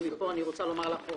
ומפה אני רוצה לומר לך,